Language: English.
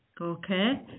Okay